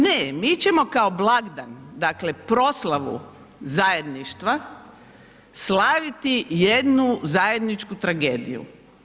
Ne mi ćemo kao blagdan, dakle proslavu zajedništva slaviti jednu zajedničku tragediju.